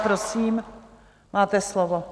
Prosím, máte slovo.